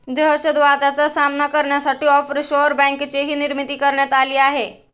दहशतवादाचा सामना करण्यासाठी ऑफशोअर बँकेचीही निर्मिती करण्यात आली आहे